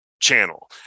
channel